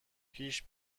پیش